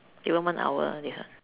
even one hour all this ah